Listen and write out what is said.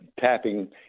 tapping